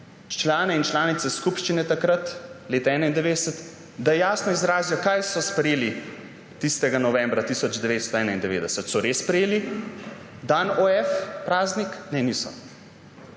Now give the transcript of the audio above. člane in članice skupščine takrat, leta 1991, da jasno izrazijo, kaj so sprejeli tistega novembra 1991. So res sprejeli dan OF, praznik? Ne, niso.